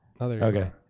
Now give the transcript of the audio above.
Okay